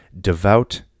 devout